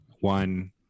one